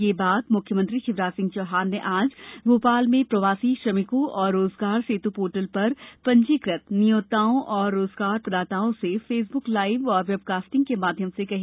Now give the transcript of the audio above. ये बात मुख्यमंत्री शिवराज सिंह चौहान ने आज भोपाल में प्रवासी श्रमिकों एवं रोजगार सेतु पोर्टल पर पंजीकृत नियोक्ताओं और रोजगार प्रदाताओं से फेसबुक लाइव और वेबकास्टिंग के माध्यम से कही